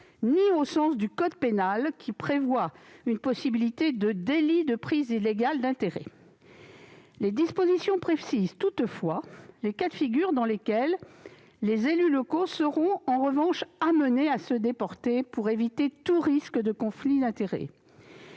ni au sens du code pénal qui prévoit une possibilité de délit de prise illégale d'intérêts. Les dispositions de cet amendement précisent toutefois les cas de figure dans lesquels les élus locaux seront amenés à se déporter, afin d'éviter tout risque de conflit d'intérêts